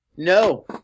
No